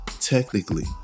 technically